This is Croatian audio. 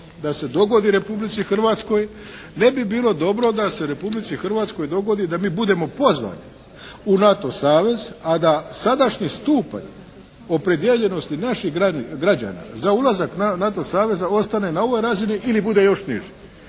da se dogodi Republici Hrvatskoj ne bi bilo dobro da se Republici Hrvatskoj dogodi da mi budemo pozvani u NATO savez, a da sadašnji stupanj opredijeljenosti naših građana za ulazak NATO saveza ostane na ovoj razini ili bude još niži.